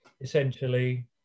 essentially